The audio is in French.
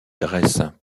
dresse